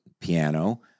piano